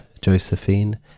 Josephine